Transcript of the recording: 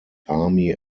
army